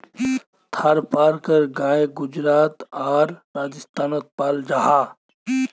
थारपारकर गाय गुजरात आर राजस्थानोत पाल जाहा